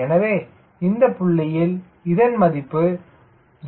எனவே இந்த புள்ளியில் இதன் மதிப்பு 0